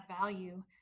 value